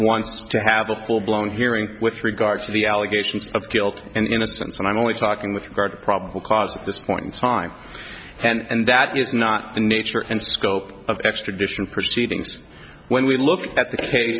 wants to have a full blown hearing with regards to the allegations of guilt and innocence and i'm only talking with regard to probable cause at this point in time and that is not the nature and scope of extradition proceedings when we look at the case